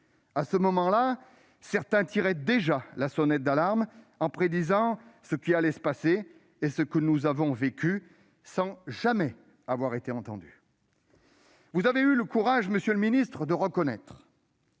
à ce moment-là, certains tiraient déjà la sonnette d'alarme en prédisant ce qui allait se passer et ce que nous avons vécu, sans jamais avoir été entendus. Vous avez eu le courage, monsieur le ministre, de reconnaître